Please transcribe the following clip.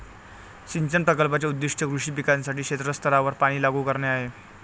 सिंचन प्रकल्पाचे उद्दीष्ट कृषी पिकांसाठी क्षेत्र स्तरावर पाणी लागू करणे आहे